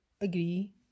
agree